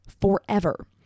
forever